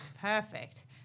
perfect